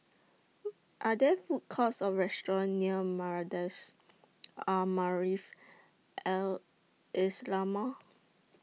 Are There Food Courts Or restaurants near Madrasah Al Maarif Al Islamiah